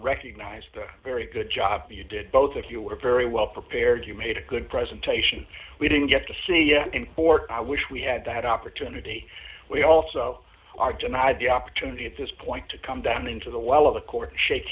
recognize the very good job you did both of you were very well prepared you made a good presentation we didn't get to see him for i wish we had that opportunity we also are denied the opportunity at this point to come down into the well of the court and shake